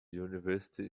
university